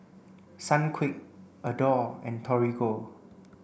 Sunquick Adore and Torigo